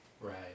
Right